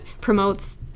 promotes